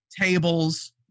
tables